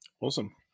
Awesome